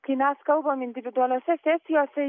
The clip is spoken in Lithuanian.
kai mes kalbam individualiose sesijose